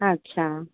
अच्छा